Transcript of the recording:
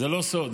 זה לא סוד.